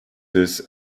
this